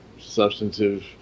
substantive